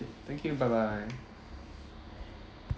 thank you bye bye